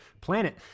planet